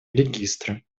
регистра